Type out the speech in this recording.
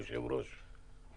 שצריך לסיים.